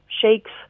shakes